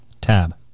Tab